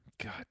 God